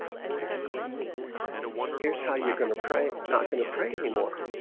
exactly here's how you're gonna pray not going to pray anymore.